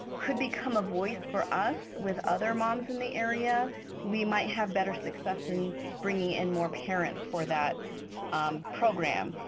could become a voice for us with other moms in the area we might have better success in bringing in more parents for that program,